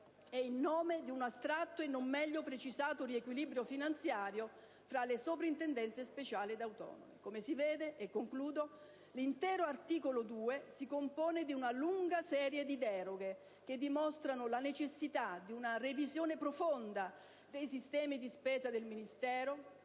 e in nome di un astratto e non meglio precisato riequilibrio finanziario fra le soprintendenze speciali ed autonome. Come si vede, e concludo, l'intero articolo 2 si compone di una lunga serie di deroghe, che dimostrano la necessità di una revisione profonda dei sistemi di spesa del Ministero,